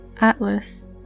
atlas